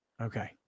Okay